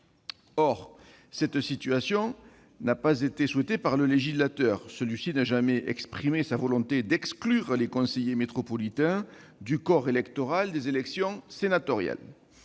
Or cette situation n'a pas été souhaitée par le législateur, qui n'a jamais exprimé sa volonté d'exclure les conseillers métropolitains du corps électoral des élections sénatoriales.